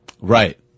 Right